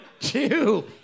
Two